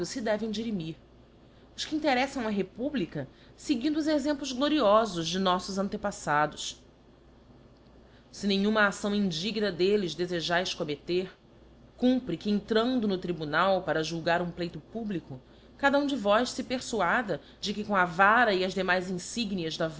se devem dirimir os que intereítam á republica feguindo os exemplos gloriofos de noítos antepaliados se nenhuma acção indigna d'elles defejaes commeter cumpre que entrando no tribunal para julgar um pleito publico cada um de vós le perfuada de que com a vara e as demais iníignias da